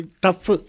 tough